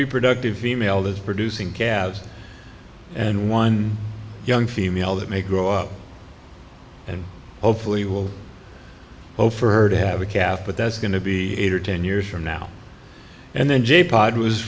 reproductive female that's producing calves and one young female that may grow up and hopefully will hope for her to have a calf but that's going to be eight or ten years from now and then j pod was